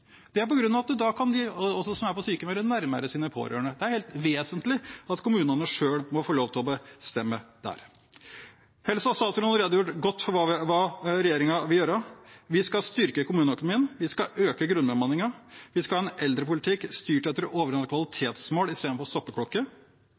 Det er på grunn av at de som er på sykehjem, da kan være nærmere sine pårørende. Det er helt vesentlig at kommunene selv må få lov til å bestemme det. Ellers har statsråden redegjort godt for hva regjeringen vil gjøre. Vi skal styrke kommuneøkonomien, vi skal øke grunnbemanningen, og vi skal ha en eldrepolitikk styrt etter